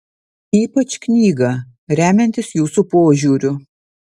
ypač knygą remiantis jūsų požiūriu